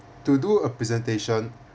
to do a presentation